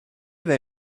they